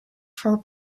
for